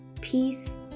peace